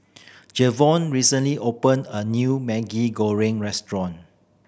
Jevon recently opened a new Maggi Goreng restaurant